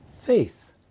faith